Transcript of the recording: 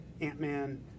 Ant-Man